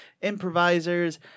improvisers